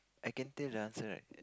I can tell the answer right